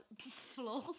floor